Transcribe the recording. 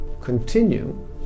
continue